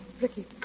Ricky